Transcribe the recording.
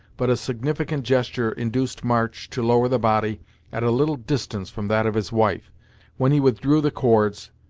but a significant gesture induced march to lower the body at a little distance from that of his wife when he withdrew the cords,